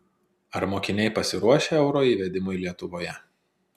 ar mokiniai pasiruošę euro įvedimui lietuvoje